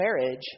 marriage